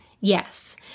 yes